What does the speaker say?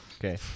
Okay